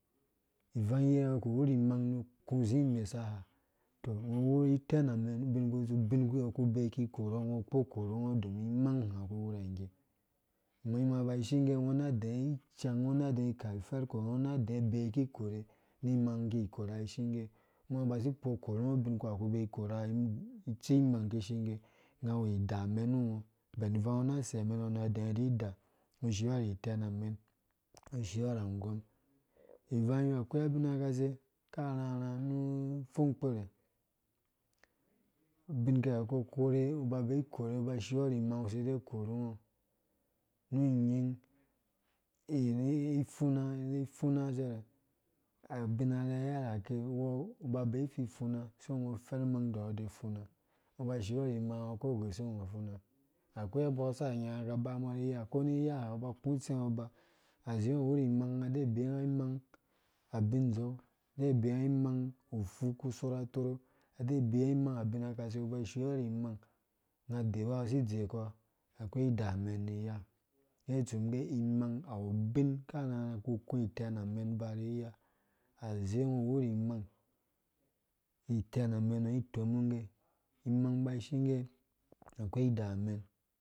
Ivangye ungo ku uwuri imang mu ku uzi imesa ha, tɔ ungo uwuri iteɔ amɛn, ubinkutsu ubin kpi ungo uku ubee ikikora ungo ukpo ukorungo domin imang ha ungo ukuuwurangge ama imanga ba ishingge nuyo na dɛɛ ikai ifɛrhiɔ ungo na udɛɛ bee kikore nu imang ki kore ishingge kuma ungo uba si kpo ukorungo ubinkpu ha ungo ku bee ikora itsi mang ki inshinggo unga awu idamen nu ungo ben ivang ungo na sei ameɛnango edɛɛ idida, ungo ushiri itɛnamɛn ungo ushiɔ raangɔm, ivangyɔ akoi abina kgsei karharha nu upfung kpire abinki ha ku kore uba ubee ikore, uba ushiɔ ri imang, ungo uside ukorungo nu nying ri ipfuna cere abina rherhehake ungo uba ubee ififuna sai ungo ufɛr imang udorhude ufuna ungo uba ushiɔ vi imanga ungo ukoru gose ungo ufuna akoi abɔɔ sa anyanga ka bambɔ vi iya ko ni iya ha ungo uba uku utsenga ba azemgo uwuri imang unga dee beenga imang abin dzou adee beenga imang ufu kusorh atorho, ade beenga imang abimakasei, ungo uba ushiɔ ri imang unga adeba ungo usi idzeekɔ, akoi ida amɛn ni iyaa ngge ha itsu ngge imang awu ubin karharha ku uku itɛnamen bari iya aze ungo uwuri imang itenamenngo itomungge imang iba ishingge akoi idamɛn